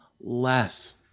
less